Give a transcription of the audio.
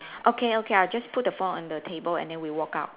okay okay I'll just put the phone on the table and then we walk out